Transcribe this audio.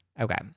Okay